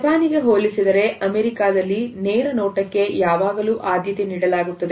ಜಪಾನಿಗೆ ಹೋಲಿಸಿದರೆ ಅಮೆರಿಕಾದಲ್ಲಿ ನೇರ ನೋಟಕ್ಕೆ ಯಾವಾಗಲೂ ಆದ್ಯತೆ ನೀಡಲಾಗುತ್ತದೆ